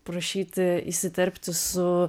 prašyti įsiterpti su